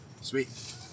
Sweet